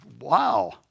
wow